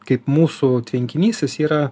kaip mūsų tvenkinys jis yra